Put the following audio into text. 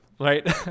Right